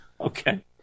Okay